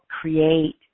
create